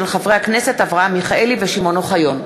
הצעת חברי הכנסת אברהם מיכאלי ושמעון אוחיון.